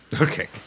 Okay